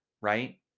right